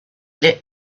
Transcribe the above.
lit